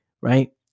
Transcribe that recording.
right